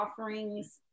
offerings